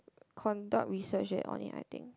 conduct research at on it I think